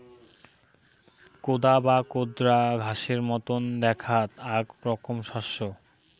কোদা বা কোদরা ঘাসের মতন দ্যাখাত আক রকম শস্য